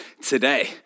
today